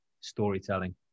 Storytelling